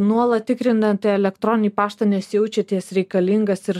nuolat tikrinate elektroninį paštą nes jaučiatės reikalingas ir